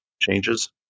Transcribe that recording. changes